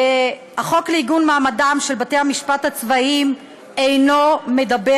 החוק לעיגון מעמדם של בתי-המשפטים הצבאיים אינו מדבר